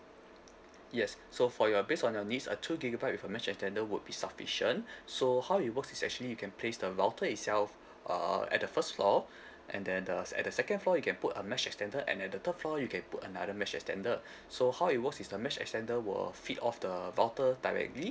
yes so for your based on your needs a two gigabyte with a mesh extender would be sufficient so how it works is actually you can place the router itself uh at the first floor and then the at the second floor you can put a mesh extender and at the third floor you can put another mesh extender so how it works is the mesh extender will feed off the router directly